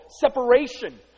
separation